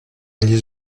agli